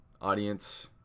Audience